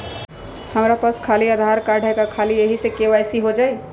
हमरा पास खाली आधार कार्ड है, का ख़ाली यही से के.वाई.सी हो जाइ?